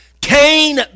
Cain